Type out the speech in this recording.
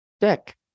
deck